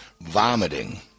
vomiting